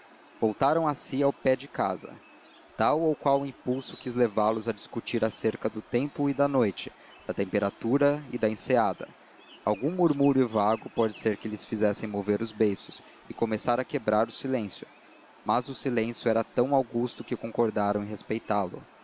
voltaram a si ao pé de casa tal ou qual impulso quis levá los a discutir acerca do tempo e da noite da temperatura e da enseada algum murmúrio vago pode ser que lhes fizesse mover os beiços e começar a quebrar o silêncio mas o silêncio era tão augusto que concordaram em respeitá lo